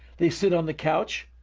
they sit on the couch,